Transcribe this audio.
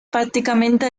prácticamente